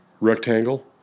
rectangle